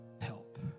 help